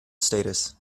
status